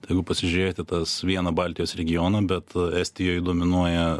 tai jeigu pasižiūrėt į tas vieno baltijos regiono bet estijoj dominuoja